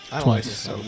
Twice